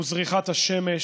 הוא זריחת השמש,